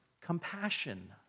compassion